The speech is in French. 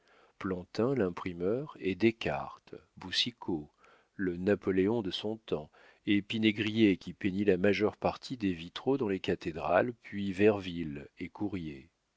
plantin l'imprimeur et descartes boucicault le napoléon de son temps et pinaigrier qui peignit la majeure partie des vitraux dans les cathédrales puis verville et courier